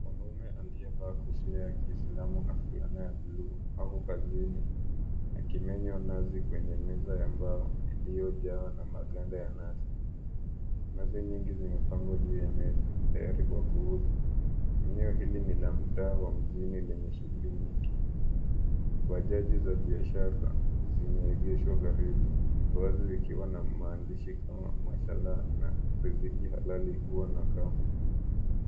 Mwanaume aliyevalia kofia ya Kiislamu na fulana ya buluu ako kazini akimenya nazi kwenye meza ya mbao iliyojawa na maganda ya nazi. Nazi nyingi zimepangwa juu ya meza tayari kwa kuuzwa. Eneo hili ni la mtaa wa mjini lenye shughuli nyingi. Bajaji za biashara zimeegeshwa karibu. Baadhi zikiwa na maandishi kama "Mashallah" na "riziki halali huwa na kamba"